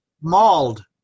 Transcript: Mauled